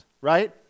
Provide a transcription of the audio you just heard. right